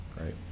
Right